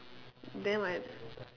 then what